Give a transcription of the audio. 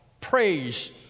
Praise